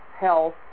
health